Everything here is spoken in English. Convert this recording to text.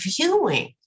viewing